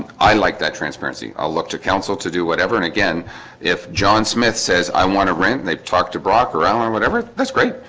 i like that transparency i'll look to council to do whatever and again if john smith says i want to rent they talk to brock around or whatever that's great.